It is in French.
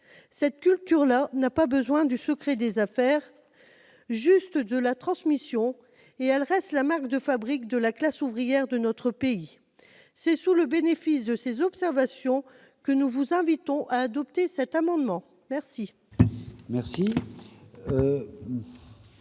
Cette culture-là n'a pas besoin de secret des affaires, juste de transmission. Elle reste la marque de fabrique de la classe ouvrière de notre pays. C'est sous le bénéfice de ces observations que nous vous invitons, mes chers